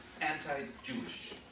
anti-Jewish